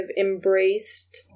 embraced